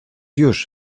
już